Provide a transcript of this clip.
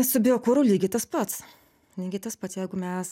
su biokuru lygiai tas pats lygiai tas pats jeigu mes